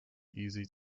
easy